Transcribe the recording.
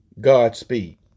Godspeed